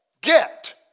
get